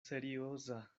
serioza